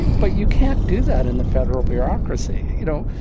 but you can't do that in the federal bureaucracy. you know,